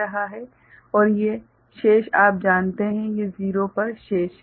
और ये शेष आप जानते हैं कि ये 0 पर शेष हैं